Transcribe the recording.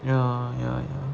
ya ya ya ya